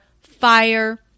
fire